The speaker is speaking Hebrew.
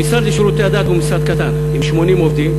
המשרד לשירותי הדת הוא משרד קטן, עם 80 עובדים.